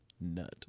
nut